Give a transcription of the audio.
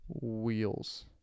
wheels